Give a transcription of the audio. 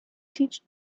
teach